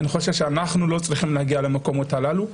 ואני חושב שאנחנו לא צריכים להגיע למקומות הללו.